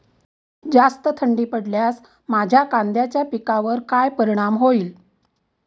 जास्त थंडी पडल्यास माझ्या कांद्याच्या पिकावर काय परिणाम होईल?